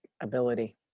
ability